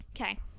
Okay